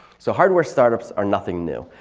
so hardware startups are nothing new.